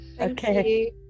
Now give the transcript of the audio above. Okay